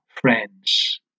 friends